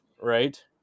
right